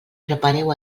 prepareu